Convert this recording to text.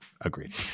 agreed